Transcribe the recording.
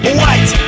white